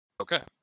okay